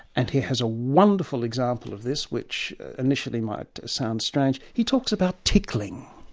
and he has a wonderful example of this, which initially might sound strange. he talks about tickling.